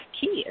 kids